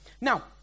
Now